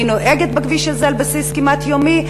אני נוהגת בכביש הזה על בסיס כמעט יומי,